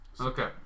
okay